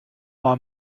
war